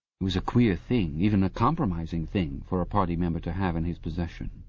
it was a queer thing, even a compromising thing, for a party member to have in his possession.